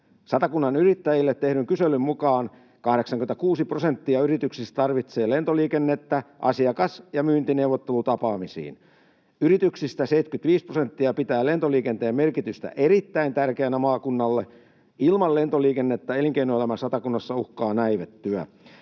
Satakunnan yrittäjille tehdyn kyselyn mukaan 86 prosenttia yrityksistä tarvitsee lentoliikennettä asiakas- ja myyntineuvottelutapaamisiin. Yrityksistä 75 prosenttia pitää lentoliikenteen merkitystä erittäin tärkeänä maakunnalle. Ilman lentoliikennettä elinkeinoelämä Satakunnassa uhkaa näivettyä.